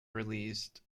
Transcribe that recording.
released